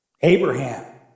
Abraham